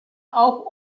auch